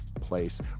place